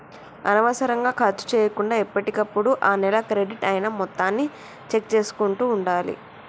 అనవసరంగా ఖర్చు చేయకుండా ఎప్పటికప్పుడు ఆ నెల క్రెడిట్ అయిన మొత్తాన్ని చెక్ చేసుకుంటూ ఉండాలి